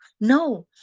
no